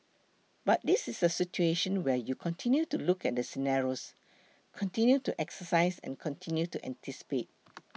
but this is a situation where you continue to look at the scenarios continue to exercise and continue to anticipate